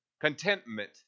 contentment